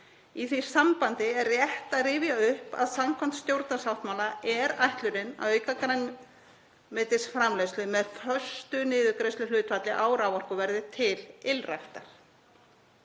Í því sambandi er rétt að rifja upp að samkvæmt stjórnarsáttmála er ætlunin að auka grænmetisframleiðslu með föstu niðurgreiðsluhlutfalli á raforkuverði til ylræktar.